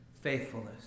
faithfulness